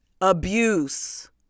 abuse